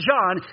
John